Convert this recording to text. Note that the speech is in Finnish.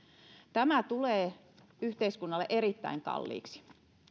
tämä tulee yhteiskunnalle erittäin kalliiksi